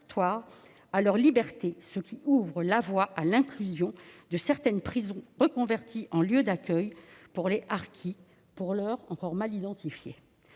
à leurs libertés, ce qui ouvre la voie à l'inclusion de certaines prisons reconverties en lieux d'accueil pour les harkis, pour l'heure encore mal identifiées.